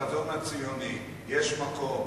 בחזון הציוני, יש מקום